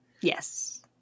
Yes